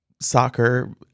soccer